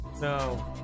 No